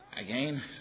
again